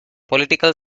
political